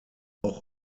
auch